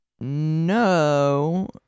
No